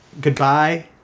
Goodbye